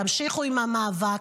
תמשיכו עם המאבק,